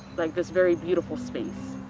like this very beautiful space.